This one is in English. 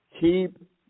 keep